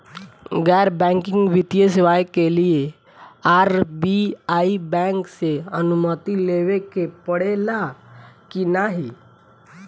गैर बैंकिंग वित्तीय सेवाएं के लिए आर.बी.आई बैंक से अनुमती लेवे के पड़े ला की नाहीं?